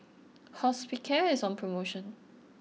Hospicare is on promotion